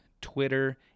Twitter